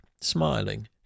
smiling